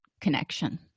connection